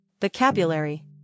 Vocabulary